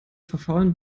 verfaulen